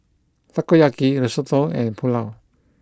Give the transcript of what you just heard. Takoyaki Risotto and Pulao